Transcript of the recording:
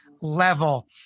level